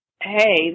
Hey